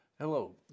Hello